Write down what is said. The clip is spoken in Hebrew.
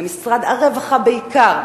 ממשרד הרווחה בעיקר: